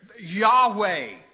Yahweh